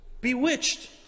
Bewitched